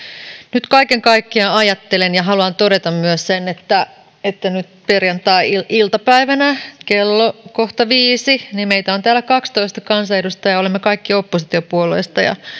nyt kaiken kaikkiaan ajattelen haluan todeta myös sen että nyt perjantai iltapäivänä kello on kohta viisi ja meitä on täällä kaksitoista kansanedustajaa olemme kaikki oppositiopuolueista ja